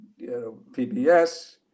PBS